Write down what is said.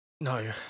No